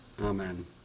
Amen